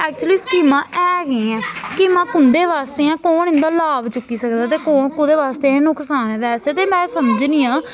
actually स्कीमां ऐ गै ऐ स्कीमां कुंदे बास्तै जां कौन इंदा लाभ चुक्की सकदा ते कुदे बास्तै एह् नुकसान ऐ वैसे ते में समझनी आं कि